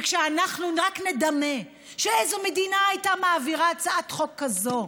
וכשאנחנו רק נדמה שאיזו מדינה הייתה מעבירה הצעת חוק כזאת,